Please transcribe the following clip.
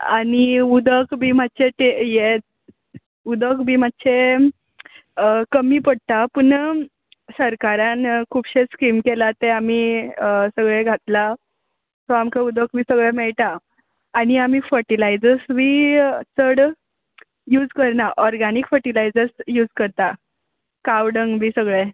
आनी उदक बी मात्शें तें हें उदक बी मात्शें कमी पडटा पूण सरकारान खुबशे स्कीम केला ते आमी सगळें घातलां सो आमकां उदक बी सगळें मेळटा आनी आमी फटिलायजस बी चड यूज करना ऑरगॅनीक फटिलायजस यूज करता काव डंग बी सगळें